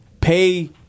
pay